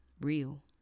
real